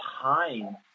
time